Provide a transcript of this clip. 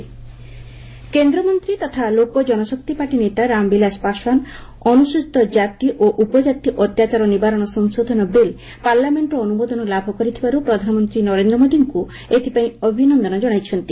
Paswan SC ST act କେନ୍ଦ୍ରମନ୍ତ୍ରୀ ତଥା Lok Janshakti party ନେତା ରାମବିଳାଶ ପାଶ୍ୱାନ୍ ଅନୁସ୍ତଚୀତ କାତି ଓ ଉପକାତି ଅତ୍ୟାଚାର ନିବାରଣ ସଂଶୋଧନ ବିଲ୍ ପାର୍ଲାମେଣ୍ଟର ଅନୁମୋଦନ ଲାଭ କରିଥିବାରୁ ପ୍ରଧାନମନ୍ତ୍ରୀ ନରେନ୍ଦ୍ର ମୋଦିଙ୍କୁ ଏଥିପାଇଁ ଅଭିନନ୍ଦନ କଣାଇଛନ୍ତି